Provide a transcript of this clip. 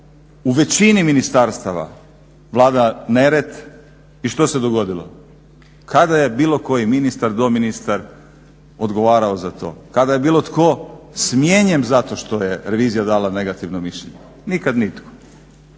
u većini ministarstava vlada nered. I što se dogodilo? kada je bilo koji ministar, doministar odgovarao za to? kada je bilo tko smijenjen zato što je revizija dala negativno mišljenje? Nikad nitko.